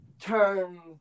turn